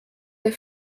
der